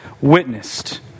witnessed